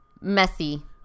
messy